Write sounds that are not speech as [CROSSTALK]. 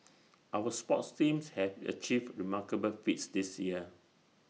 [NOISE] our sports teams have achieved remarkable feats this year